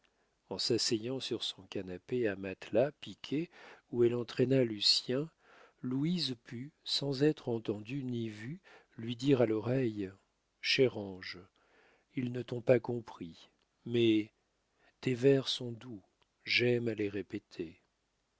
en s'asseyant sur son canapé à matelas piqué où elle entraîna lucien louise put sans être entendue ni vue lui dire à l'oreille cher ange ils ne t'ont pas compris mais tes vers sont doux j'aime à les répéter